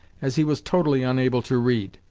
as he was totally unable to read.